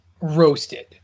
roasted